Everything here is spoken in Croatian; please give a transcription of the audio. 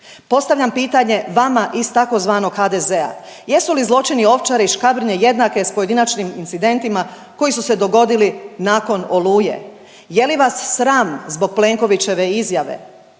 Postavljam pitanje vama iz tzv. HDZ-a, jesu li zločini Ovčare i Škabrnje jednake s pojedinačnim incidentima koji su se dogodili nakon Oluje? Je li vas sram zbog Plenkovićeve izjave,